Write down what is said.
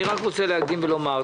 אני רק רוצה להקדים ולומר,